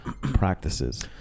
practices